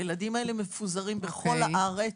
הילדים הללו מפוזרים בכל הארץ.